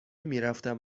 میرفتم